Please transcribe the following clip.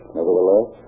Nevertheless